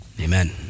amen